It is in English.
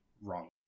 wrong